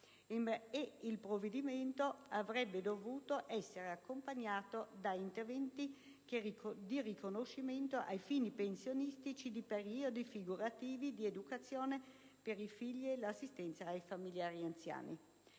il provvedimento avrebbe dovuto essere accompagnato da interventi di riconoscimento ai fini pensionistici di periodi figurativi di educazione dei figli e assistenza a familiari anziani.